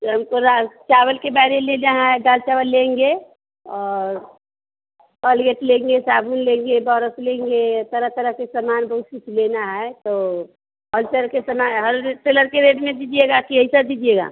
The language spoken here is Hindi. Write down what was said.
तो हमको चावल के में जहाँ दाल चावल लेंगे और कोलगेट लेंगे साबुन लेंगे बरस लेंगे तरह तरह के सामान बहुत कुछ लेना है तो होलसेल कितना है होल सेलर के रेट में दीजिएगा कि ऐसादीजिएगा